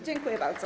Dziękuję bardzo.